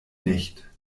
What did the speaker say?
nicht